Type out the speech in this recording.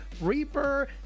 Reaper